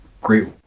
Great